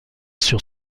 sur